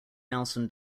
nelson